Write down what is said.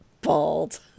bald